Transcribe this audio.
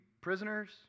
prisoners